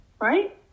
Right